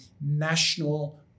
national